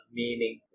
meaning